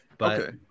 Okay